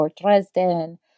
Dresden